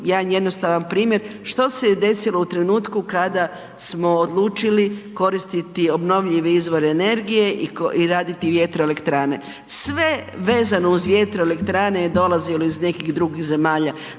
jedan jednostavan primjer što se je desilo u trenutku kada smo odlučili koristiti obnovljive izvore energije i raditi vjetroelektrane, sve vezano uz vjetroelektrane je dolazilo iz nekih drugih zemalja,